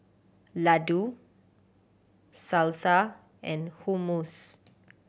Ladoo Salsa and Hummus